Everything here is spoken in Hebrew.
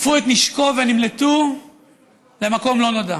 חטפו את נשקו ונמלטו למקום לא נודע.